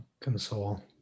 Console